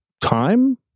time